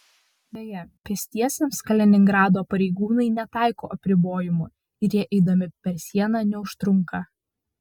beje pėstiesiems kaliningrado pareigūnai netaiko apribojimų ir jie eidami per sieną neužtrunka